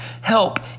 help